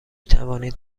توانید